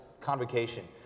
convocation